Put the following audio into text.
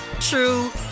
true